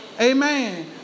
amen